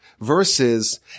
Verses